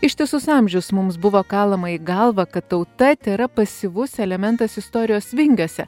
ištisus amžius mums buvo kalama į galvą kad tauta tėra pasyvus elementas istorijos vingiuose